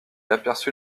aperçut